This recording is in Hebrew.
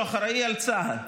שאחראי על צה"ל,